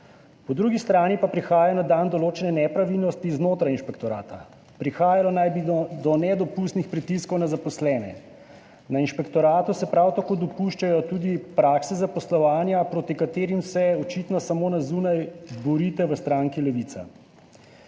po drugi strani pa prihajajo na dan določene nepravilnosti znotraj inšpektorata. Prihajalo naj bi do nedopustnih pritiskov na zaposlene. Na inšpektoratu se prav tako dopuščajo tudi prakse zaposlovanja, proti katerim se v stranki Levica